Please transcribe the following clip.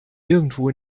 irgendwo